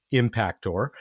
impactor